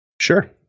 Sure